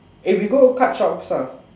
eh we go cut ah